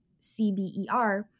CBER